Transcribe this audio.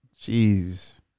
Jeez